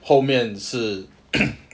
后面是